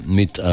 mit